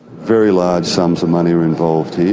very large sums of money are involved here.